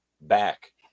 back